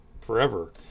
forever